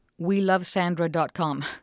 Welovesandra.com